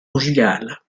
conjugales